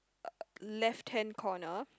left hand corner